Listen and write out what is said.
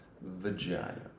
vagina